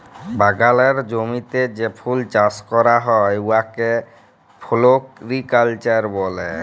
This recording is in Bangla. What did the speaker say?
বাগালের জমিতে যে ফুল চাষ ক্যরা হ্যয় উয়াকে ফোলোরিকাল্চার ব্যলে